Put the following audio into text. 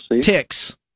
ticks